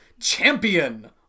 Champion